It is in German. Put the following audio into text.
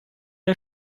der